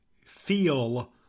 feel